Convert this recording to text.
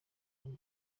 buryo